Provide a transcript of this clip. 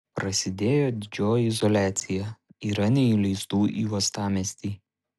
prasidėjo didžioji izoliacija yra neįleistų į uostamiestį